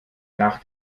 nach